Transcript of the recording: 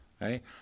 right